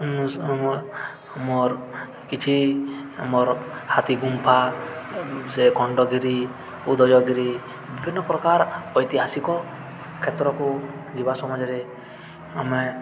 ମୋର୍ କିଛି ଆମର୍ ହାତୀ ଗୁମ୍ଫା ସେ ଖଣ୍ଡଗିରି ଉଦୟଗିରି ବିଭିନ୍ନ ପ୍ରକାର ଐତିହାସିକ କ୍ଷେତ୍ରକୁ ଯିବା ସମାଜରେ ଆମେ